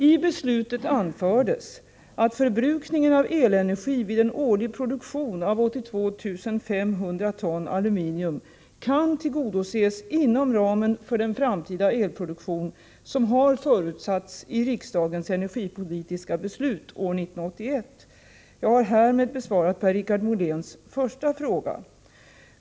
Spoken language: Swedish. I beslutet anfördes att förbrukningen av elenergi vid en årlig produktion av 82 500 ton aluminium kan tillgodoses inom ramen för den framtida elproduktion som har förutsatts i riksdagens energipolitiska beslut år 1981. Jag har härmed besvarat Per-Richard Moléns första fråga.